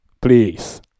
please